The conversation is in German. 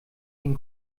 den